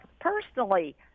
personally